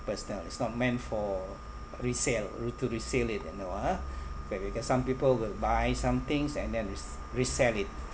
personal it's not meant for resale or to resale it no ah okay because some people will buy some things and then re~ resell it